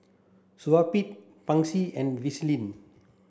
Supravit Pansy and Vaselin